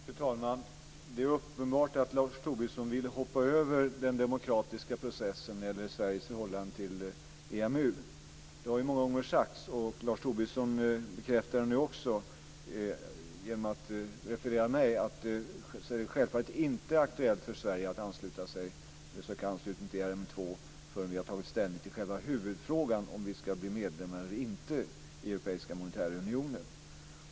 Fru talman! Det är uppenbart att Lars Tobisson vill hoppa över den demokratiska processen när det gäller Sveriges förhållande till EMU. Det har många gånger sagts, och Lars Tobisson bekräftar det nu också genom att referera vad jag sagt, att det självfallet inte är aktuellt för Sverige att söka anslutning till ERM2 förrän vi har tagit ställning till själva huvudfrågan om vi ska bli medlemmar eller inte i Europeiska monetära unionen.